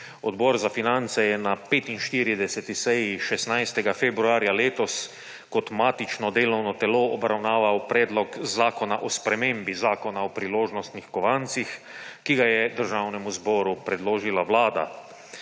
Odbor za finance je na 45. seji 16. februarja letos kot matično delovno telo obravnaval Predlog zakona o spremembi Zakona o priložnostih kovancih, ki ga je Državnemu zboru predložila Vlada.